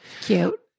Cute